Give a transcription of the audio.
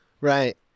right